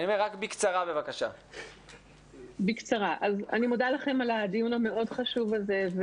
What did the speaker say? אני מודה לכם על הדיון המאוד חשוב הזה.